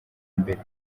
mbere